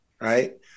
Right